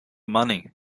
money